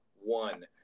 one